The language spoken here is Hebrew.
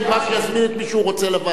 שיזמין את מי שהוא רוצה לוועדה.